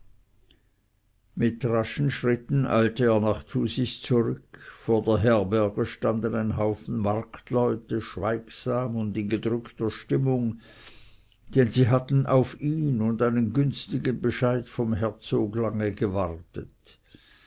mit raschen schritten eilte er nach thusis zurück vor der herberge stand ein haufen marktleute schweigsam und in gedrückter stimmung denn sie hatten auf ihn und einen günstigen bescheid vom herzoge lange gewartet